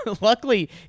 Luckily